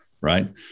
right